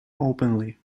openly